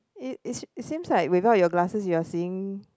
it is it seems like without your glasses you're seeing